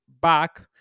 back